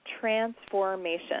Transformation